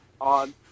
on –